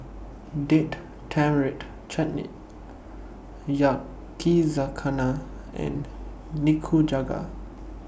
Date Tamarind Chutney Yakizakana and Nikujaga